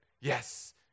yes